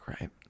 right